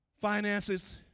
finances